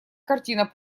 картина